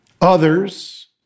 others